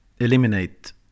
eliminate